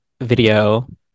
video